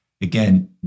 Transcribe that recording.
again